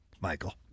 Michael